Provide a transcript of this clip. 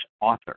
author